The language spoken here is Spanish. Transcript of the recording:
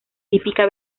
típica